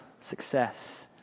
success